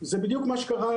במקום ללכת